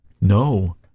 No